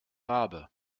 rabe